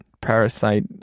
Parasite